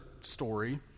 story